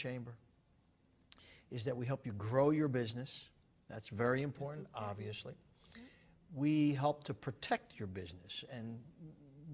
chamber is that we help you grow your business that's very important obviously we helped to protect your business and